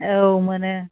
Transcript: औ मोनो